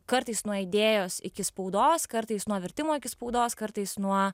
kartais nuo idėjos iki spaudos kartais nuo vertimo iki spaudos kartais nuo